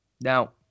now